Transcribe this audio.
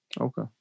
Okay